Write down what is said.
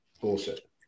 bullshit